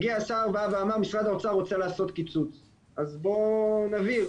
השר בא ואמר 'משרד האוצר רוצה לעשות קיצוץ' אז בוא נבהיר,